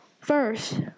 First